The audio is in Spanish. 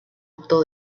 acto